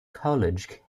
college